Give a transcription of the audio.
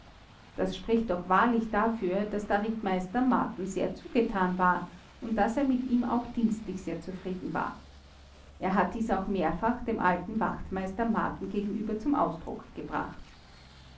das spricht doch wahrlich dafür daß der rittmeister marten sehr zugetan war und daß er mit ihm auch dienstlich sehr zufrieden war er hat dies auch mehrfach dem alten wachtmeister marten gegenüber zum ausdruck gebracht